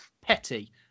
Petty